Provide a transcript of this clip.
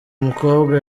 mukobwa